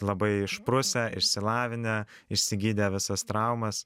labai išprusę išsilavinę išsigydę visas traumas